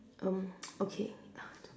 um okay